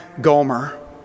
Gomer